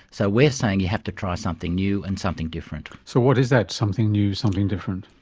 so we're saying you have to try something new and something different. so what is that something new, something different?